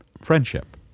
friendship